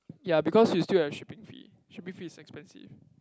ya because you still have shipping fee shipping fee is expensive